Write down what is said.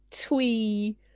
twee